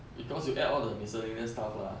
because you add all the miscellaneous stuff lah